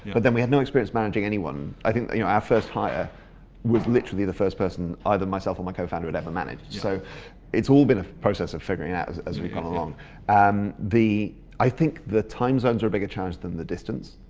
but then we had no experience managing anyone. i think, you know our first hire was literally the first person either myself or my co-founder had ever managed, so it's all been a process of figuring out as as we've gone along and the i think the time zones are bigger challenge than the distance.